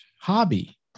hobby